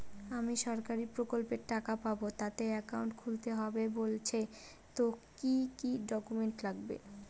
আমি সরকারি প্রকল্পের টাকা পাবো তাতে একাউন্ট খুলতে হবে বলছে তো কি কী ডকুমেন্ট লাগবে?